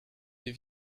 des